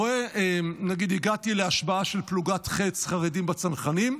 נגיד הגעתי להשבעה של פלוגת ח"ץ, חרדים בצנחנים,